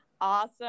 Awesome